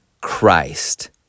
Christ